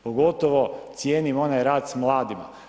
Pogotovo cijenim onaj rad s mladima.